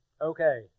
okay